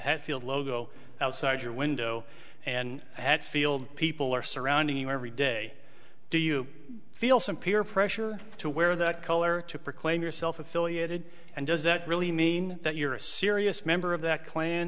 hetfield logo outside your window and hatfield people are surrounding you every day do you feel some peer pressure to wear that color to proclaim yourself affiliated and does that really mean that you're a serious member of that clan